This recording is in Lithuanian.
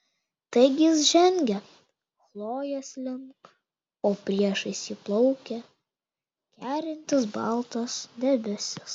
taigi jis žengia chlojės link o priešais jį plaukia kerintis baltas debesis